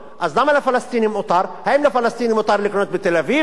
האם לפלסטינים מותר לקנות בתל-אביב?